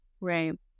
Right